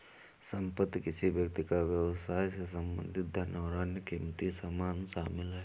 संपत्ति किसी व्यक्ति या व्यवसाय से संबंधित धन और अन्य क़ीमती सामान शामिल हैं